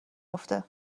افته